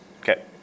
Okay